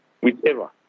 whichever